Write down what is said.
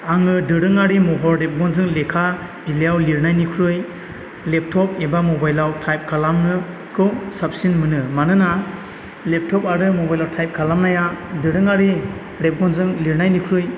आङो दोरोङारि महर रेबगनजों लेखा बिलाइयाव लिरनायनिख्रुइ लेपटप एबा मबाइलाव टाइप खालामनोखौ साबसिन मोनो मानोना लेबटप आरो मबाइलआव थाइप खानामनाया दोरोङारि रेबगनजों लिरनायनिख्रुइ